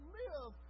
live